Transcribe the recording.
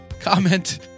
comment